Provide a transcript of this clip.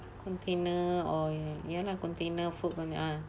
container or ya lah container food container ah